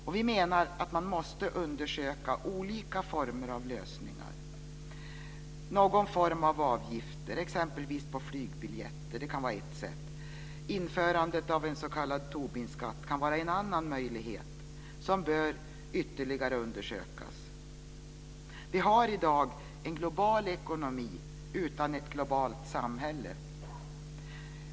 Och vi menar att man måste undersöka olika former av lösningar. Någon form av avgifter på exempelvis flygbiljetter kan vara ett sätt. Införandet av en s.k. Tobinskatt kan vara en annan möjlighet som bör ytterligare undersökas. Vi har i dag en global ekonomi utan ett globalt samhälle.